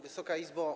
Wysoka Izbo!